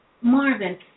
Marvin